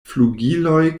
flugiloj